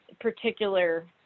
particular